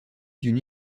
d’une